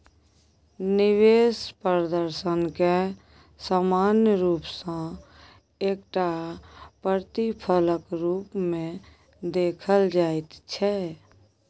निवेश प्रदर्शनकेँ सामान्य रूप सँ एकटा प्रतिफलक रूपमे देखल जाइत छै